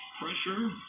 Pressure